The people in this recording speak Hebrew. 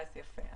יפה.